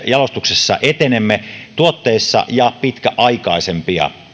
jalostuksessa etenemme tuotteissa ja on pitkäaikaisempia